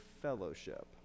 fellowship